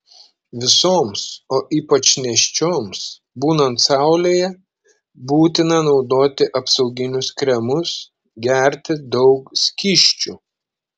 visoms o ypač nėščioms būnant saulėje būtina naudoti apsauginius kremus gerti daug skysčių